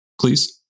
please